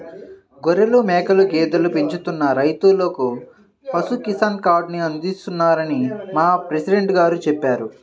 గొర్రెలు, మేకలు, గేదెలను పెంచుతున్న రైతులకు పశు కిసాన్ కార్డుని అందిస్తున్నారని మా ప్రెసిడెంట్ గారు చెప్పారు